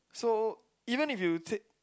so even if you take